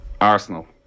Arsenal